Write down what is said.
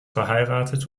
verheiratet